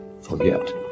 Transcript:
forget